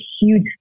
huge